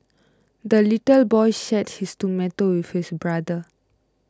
the little boy shared his tomato with his brother